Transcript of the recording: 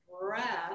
breath